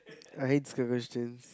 I hate these kind of questions